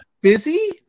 busy